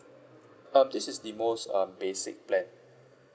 um this is the most um basic plan